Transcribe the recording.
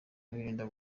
birinda